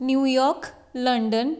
New York London